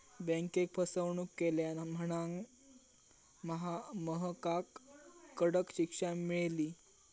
बँकेक फसवणूक केल्यान म्हणांन महकाक कडक शिक्षा मेळली